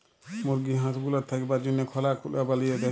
মুরগি হাঁস গুলার থাকবার জনহ খলা গুলা বলিয়ে দেয়